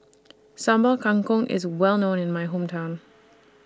Sambal Kangkong IS Well known in My Hometown